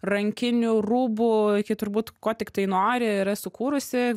rankinių rūbų iki turbūt ko tiktai nori yra sukūrusi